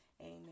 Amen